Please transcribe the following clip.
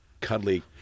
cuddly